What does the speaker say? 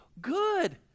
good